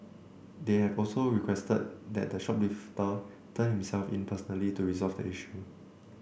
they have also requested that the shoplifter turn himself in personally to resolve the issue